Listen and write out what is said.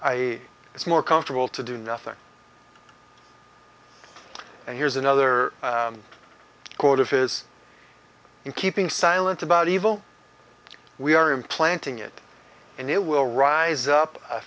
i it's more comfortable to do nothing and here's another quote of his in keeping silent about evil we are implanting it and it will rise up a